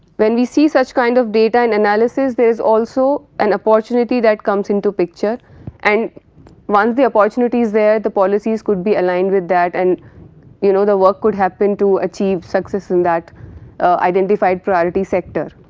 when we see such kind of data and analysis there is also an opportunity that comes into picture and once the opportunity is there, the policies could be aligned with that and you know the work could happen to achieve success in that identified priority sector.